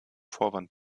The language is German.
vorwand